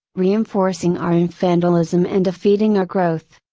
reinforcing our infantilism and defeating our growth.